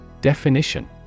Definition